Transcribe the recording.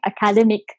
academic